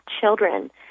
children